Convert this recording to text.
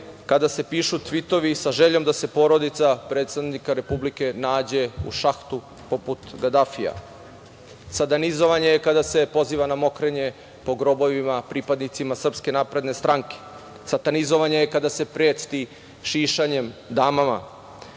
kada se pišu tvitovi sa željom da se porodica predsednika Republike nađe u šahtu, poput Gadafija. Satanizovanje je kada se poziva na mokrenje po grobovima pripadnicima SNS. Satanizovanje je kada se preti šišanjem damama.